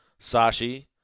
Sashi